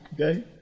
Okay